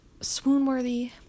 swoon-worthy